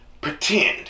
Pretend